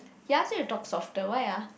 he ask me to talk softer why ah